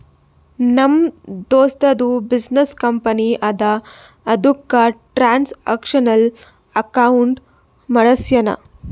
ನಮ್ ದೋಸ್ತದು business company ಅದಾ ಅದುಕ್ಕ ಟ್ರಾನ್ಸ್ಅಕ್ಷನಲ್ ಅಕೌಂಟ್ ಮಾಡ್ಸ್ಯಾನ್